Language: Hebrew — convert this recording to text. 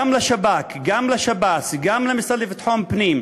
גם לשב"כ, גם לשב"ס, גם למשרד לביטחון פנים,